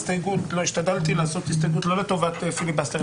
השתדלתי לעשות הסתייגות לא לטובת פיליבסטר.